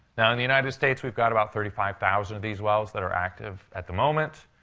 now, in the united states, we've got about thirty five thousand of these wells that are active at the moment,